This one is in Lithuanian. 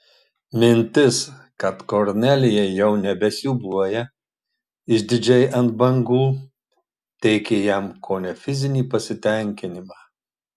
mintis kad kornelija jau nebesiūbuoja išdidžiai ant bangų teikė jam kone fizinį pasitenkinimą